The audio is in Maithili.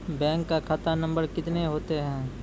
बैंक का खाता नम्बर कितने होते हैं?